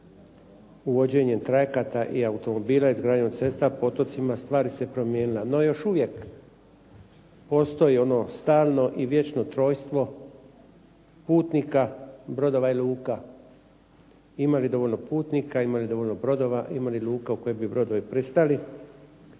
Uvođenjem trajekata i automobila, izgradnjom cesta po otocima stvari su se promijenile. No još uvijek postoji ono stalno i vječno trojstvo putnika, brodova i luka. Ima li dovoljno putnika, ima li dovoljno brodova, ima li luka u koje bi brodovi pristali.